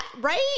right